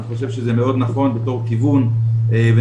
אני חושב שזה מאוד נכון בתור כיוון ונשמח